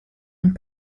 und